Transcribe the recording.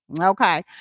okay